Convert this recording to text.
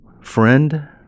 friend